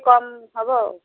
କମ୍ ହେବ ଆଉ